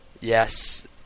Yes